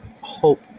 hope